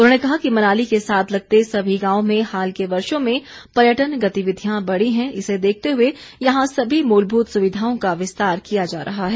उन्होंने कहा कि मनाली के साथ लगते सभी गांवों में हाल के वर्षो में पर्यटन गतिविधियां बढ़ी हैं इसे देखते हुए यहां सभी मूलभूत सुविधाओं का विस्तार किया जा रहा है